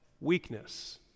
weakness